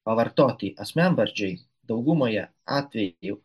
pavartoti asmenvardžiai daugumoje atvejų